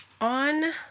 On